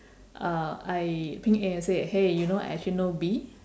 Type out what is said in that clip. uh I ping A and said hey you know I actually know B